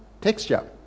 texture